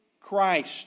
Christ